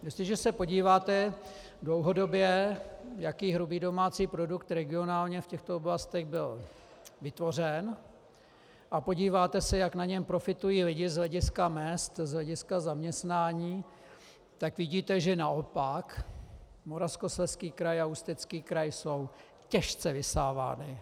Jestliže se podíváte dlouhodobě, jaký hrubý domácí produkt regionálně v těchto oblastech byl vytvořen, a podíváte se, jak na něm profitují lidé z hlediska mezd, z hlediska zaměstnání, tak vidíte, že naopak Moravskoslezský a Ústecký kraj jsou těžce vysávány.